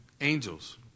angels